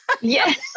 Yes